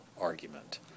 argument